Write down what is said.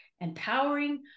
empowering